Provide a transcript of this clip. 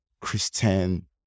Christian